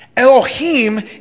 Elohim